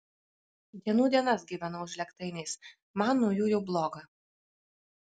dienų dienas gyvenau žlėgtainiais man nuo jų jau bloga